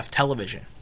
television